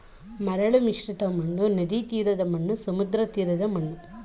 ಮರಳು ಮಿಶ್ರಿತ ಮಣ್ಣು, ನದಿತೀರದ ಮಣ್ಣು, ಸಮುದ್ರತೀರದ ಮಣ್ಣು ಮುಂತಾದ ಮಣ್ಣಿನ ಬಗೆಗಳಿವೆ